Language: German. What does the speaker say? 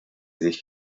sich